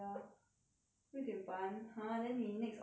六点半 !huh! then 你 next off day 是几时